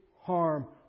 harm